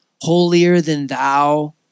holier-than-thou